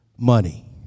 money